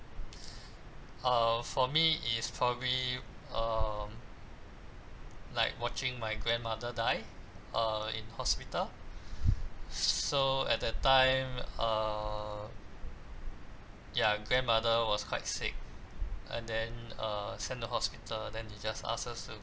uh for me is probably um like watching my grandmother die uh in hospital so at that time err ya grandmother was quite sick and then uh send to hospital then they just ask us to